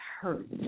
hurt